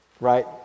Right